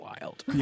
wild